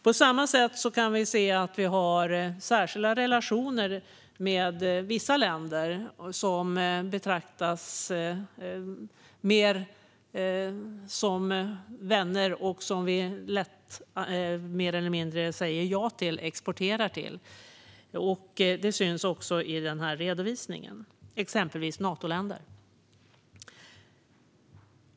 På samma sätt har vi särskilda relationer med vissa länder som vi betraktar mer som vänner, som vi mer eller mindre lätt säger ja till och exporterar till. Det syns också i redovisningen. Det är exempelvis Natoländer.